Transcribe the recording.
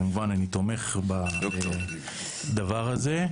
כמובן אני תומך בדבר הזה.